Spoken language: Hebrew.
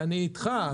אני אתך.